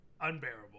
unbearable